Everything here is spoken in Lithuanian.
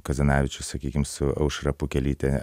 kazanavičius sakykim su aušra pukelyte